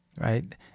right